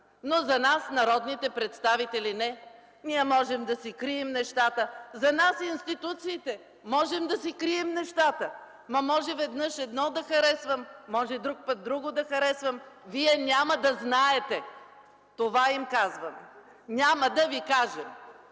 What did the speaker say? но за нас народните представители – не, ние можем да си крием нещата. Можем да си крием нещата: може веднъж едно да харесвам, може друг път друго да харесвам – вие няма да знаете!” Това им казваме: „Няма да ви кажем!”.